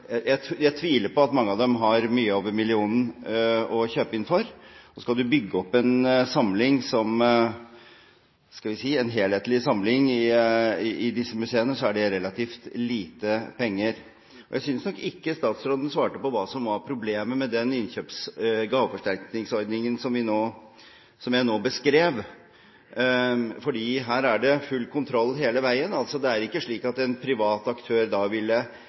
tviler på at mange av dem har mye over millionen å kjøpe inn for. Skal du bygge opp en helhetlig samling i disse museene, er det relativt lite penger. Jeg synes ikke statsråden svarte på hva som var problemet med den gaveforsterkningsordningen jeg beskrev. Det er full kontroll hele veien. Det er ikke slik at en privat aktør